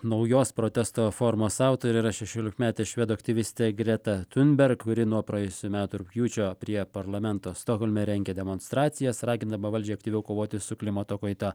naujos protesto formos autorė yra šešiolikmetė švedų aktyvistė greta tiunberg kuri nuo praėjusių metų rugpjūčio prie parlamento stokholme rengia demonstracijas ragindama valdžią aktyviau kovoti su klimato kaita